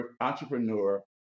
entrepreneur